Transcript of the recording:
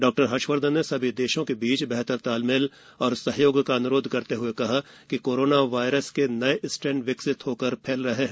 डॉ हर्षवर्धन ने सभी देशों के बीच बेहतर तालमेल और सहयोग का अन्रोध करते हुए कहा कि कोरोना वायरस के नये स्ट्रेन विकसित होकर फैल रहे हैं